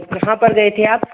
कहाँ पर गए थे आप